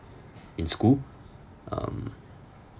in school um